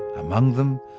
among them,